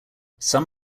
some